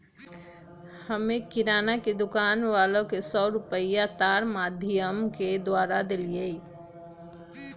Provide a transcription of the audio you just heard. हम्मे किराना के दुकान वाला के सौ रुपईया तार माधियम के द्वारा देलीयी